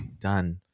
done